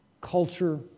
Culture